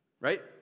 Right